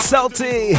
Salty